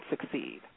succeed